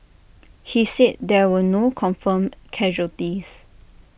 he said there were no confirmed casualties